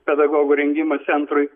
pedagogų rengimo centrui